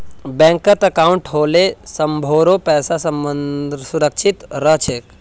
बैंकत अंकाउट होले सभारो पैसा सुरक्षित रह छेक